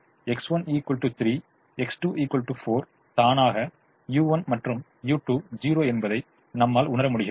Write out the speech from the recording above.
X1 3 X2 4 தானாக u1 மற்றும் u2 0 என்பதை நம்மால் உணர முடிகிறது